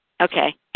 Okay